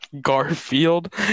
Garfield